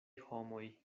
homoj